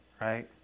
right